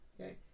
Okay